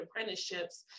apprenticeships